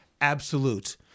absolute